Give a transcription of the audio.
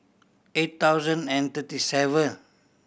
eight thousand and thirty seven